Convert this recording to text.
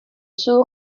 siŵr